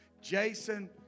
Jason